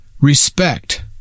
respect